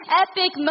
epic